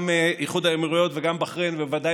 גם איחוד האמירויות וגם בחריין ובוודאי